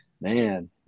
man